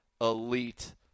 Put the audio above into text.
elite